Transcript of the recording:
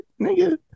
nigga